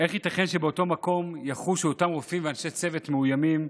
איך ייתכן שבאותו מקום יחושו אותם רופאים ואנשי צוות מאוימים,